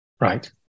right